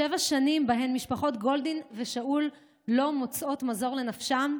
שבע שנים שבהן המשפחות גולדין ושאול לא מוצאות מזור לנפשן,